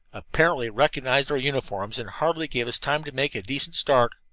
apparently recognized our uniforms, and hardly gave us time to make a decent start.